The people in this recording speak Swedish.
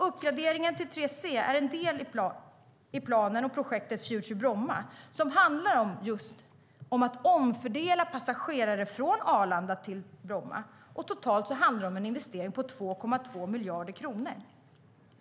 Uppgraderingen till 3C är en del i planen och projektet Future Bromma, som handlar om att omfördela passagerare från Arlanda till Bromma. Totalt handlar det om en investering på 2,2 miljarder kronor.